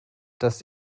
dass